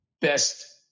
best